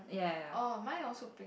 oh mine also pink